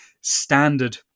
standard